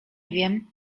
wiem